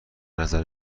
نظر